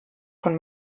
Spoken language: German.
von